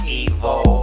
evil